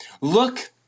Look